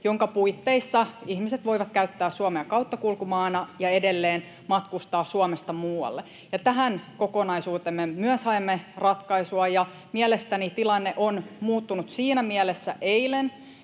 joiden puitteissa ihmiset voivat käyttää Suomea kauttakulkumaana ja edelleen matkustaa Suomesta muualle. Tähän kokonaisuuteen me myös haemme ratkaisua, ja mielestäni tilanne on muuttunut eilen siinä mielessä,